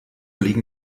liegen